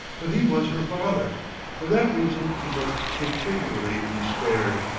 but he was her father for that reason he must continually be spared.